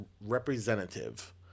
representative